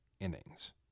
innings